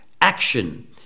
action